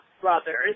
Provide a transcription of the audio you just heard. brothers